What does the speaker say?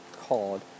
called